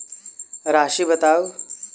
राशि बताउ